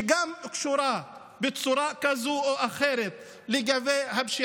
שגם קשורה בצורה כזו או אחרת לפשיעה,